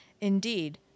Indeed